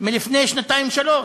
מלפני שנתיים-שלוש.